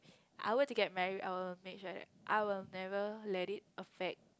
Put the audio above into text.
I will to get married our match right I will never let it affect